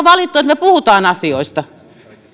valittu että me puhumme asioista